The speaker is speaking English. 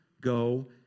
go